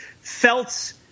felt